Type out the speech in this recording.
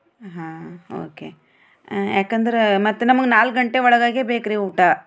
ಹಾಂ ಓಕೆ ಯಾಕಂದ್ರೆ ಮತ್ತೆ ನಮಗೆ ನಾಲ್ಕು ಗಂಟೆ ಒಳಗಾಗಿ ಬೇಕು ರಿ ಊಟ